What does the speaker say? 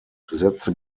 besetzte